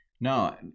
No